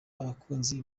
abakunzi